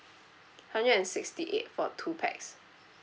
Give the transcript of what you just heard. hundred and sixty eight for two pax